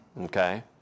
Okay